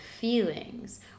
feelings